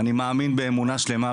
אני מאמין באמונה שלמה,